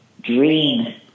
dream